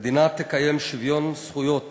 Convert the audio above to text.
"המדינה תקיים שוויון זכויות